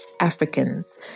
Africans